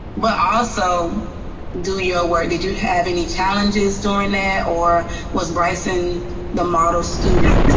but also do your work? did you have any challenges doing that, or was bryson the model student?